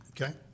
Okay